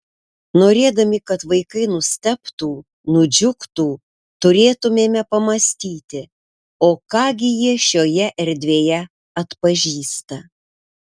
norėdami kad vaikai nustebtų nudžiugtų turėtumėme pamąstyti o ką gi jie šioje erdvėje atpažįsta